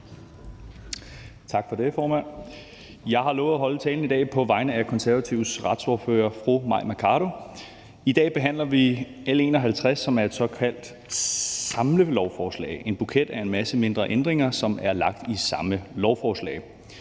tak for det, formand. Jeg har lovet at holde talen i dag på vegne af Konservatives retsordfører, fru Mai Mercado. I dag behandler vi L 51, som er et såkaldt samlelovforslag, altså en buket af en masse mindre ændringer, som er lagt ind i det samme lovforslag.